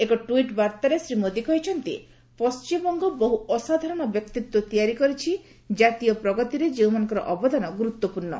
ଏକ ଟ୍ୱିଟ୍ ବାର୍ତ୍ତାରେ ଶ୍ରୀ ମୋଦି କହିଛନ୍ତି ପଣ୍ଟିମବଙ୍ଗ ବହୁ ଅସାଧାରଣ ବ୍ୟକ୍ତିତ୍ୱ ତିଆରି କରିଛି ଜାତୀୟ ପ୍ରଗତିରେ ଯେଉଁମାନଙ୍କର ଅବଦାନ ଗୁରୁତ୍ୱପୂର୍ଣ୍ଣ